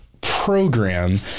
program